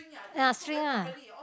uh string ah